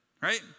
Right